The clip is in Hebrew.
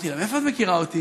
אמרתי לה: מאיפה את מכירה אותי?